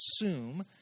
assume